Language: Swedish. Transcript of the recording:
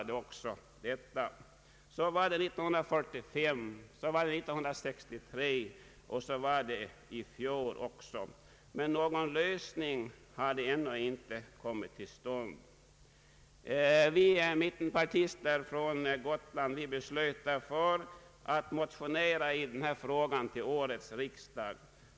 Så var det 1945 och 1963, och så var det i fjol. Men någon lösning har ännu inte kommit till stånd. Vi från Gotland som tillhör mittenpartierna beslöt därför att motionera i denna fråga till årets riksdag.